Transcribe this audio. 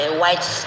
white